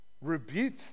rebuke